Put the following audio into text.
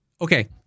Okay